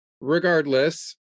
Regardless